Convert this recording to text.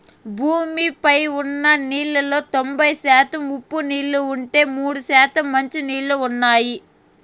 భూమి పైన ఉన్న నీళ్ళలో తొంబై శాతం ఉప్పు నీళ్ళు ఉంటే, మూడు శాతం మంచి నీళ్ళు ఉన్నాయి